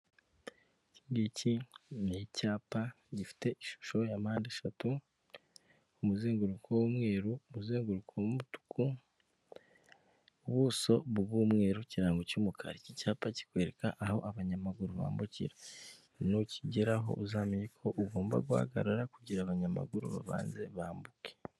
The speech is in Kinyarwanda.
Iki ngiki ni icyapa gifite ishusho ya mpandeshatu, ku muzenguruko w'umweru muzenguruka w' umutuku, ubuso bw'umweru kirango cy'umukara, iki cyapa kikwereka aho abanyamaguru bambukira, ni ukigeraho uzamenya ko ugomba guhagarara, kugira abanyamaguru babanze bambuke.